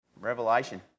Revelation